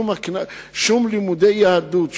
שום לימודי יהדות,